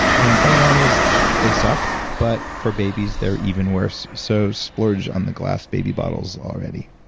and bottom line is they suck, but for babies they're even worse so, splurge on the glass baby bottles already